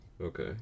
Okay